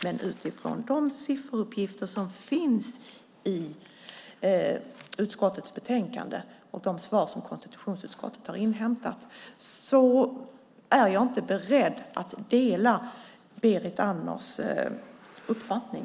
Men utifrån de sifferuppgifter som finns i utskottets betänkande och de svar som konstitutionsutskottet har inhämtat är jag inte beredd att dela Berit Andnors uppfattning.